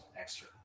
extra